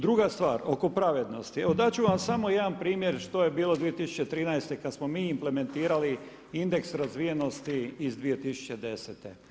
Druga stvar, oko pravednosti, evo dati ću vam samo jedan primjer što je bilo 2013. kada smo mi implementirali indeks razvijenosti iz 2010.